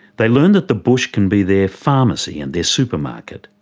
they learn that the bush can be their pharmacy and their supermarket.